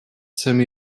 jsem